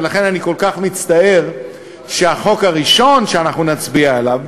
ולכן אני כל כך מצטער שהחוק הראשון שאנחנו נצביע עליו